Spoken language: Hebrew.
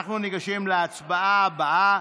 אנחנו ניגשים להצבעה הבאה,